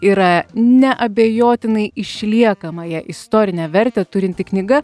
yra neabejotinai išliekamąją istorinę vertę turinti knyga